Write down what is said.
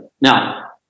Now